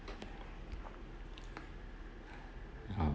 (uh huh)